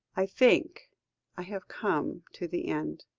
i think i have come to the end.